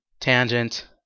tangent